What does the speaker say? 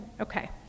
Okay